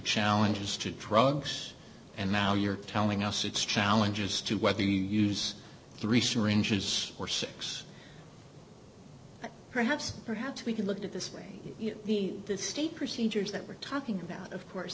challenges to drugs and now you're telling us it's challenges to whether you use three syringes or six but perhaps perhaps we can look at this way the state procedures that we're talking about of course